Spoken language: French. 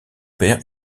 père